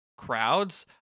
Crowds